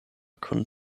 kun